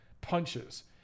punches